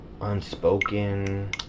Unspoken